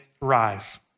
rise